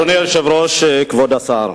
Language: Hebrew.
אדוני היושב-ראש, כבוד השר,